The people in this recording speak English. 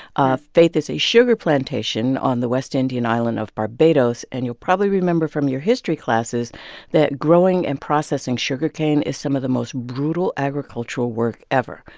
faith is a sugar plantation on the west indian island of barbados. and you'll probably remember from your history classes that growing and processing sugarcane is some of the most brutal agricultural work ever.